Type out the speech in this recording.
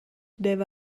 deva